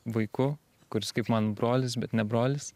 vaiku kuris kaip man brolis bet ne brolis